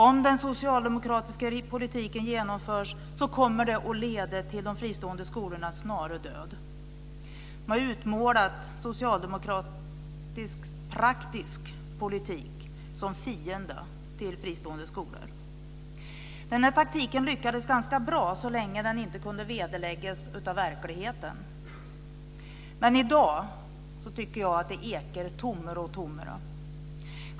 Om den socialdemokratiska politiken genomförs kommer den att leda till de fristående skolornas snara död. Man har utmålat socialdemokratins praktiska politik som fiende till fristående skolor. Taktiken lyckades ganska bra så länge den inte kunde vederläggas av verkligheten. Men i dag ekar den tommare och tommare.